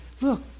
look